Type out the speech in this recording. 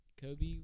Kobe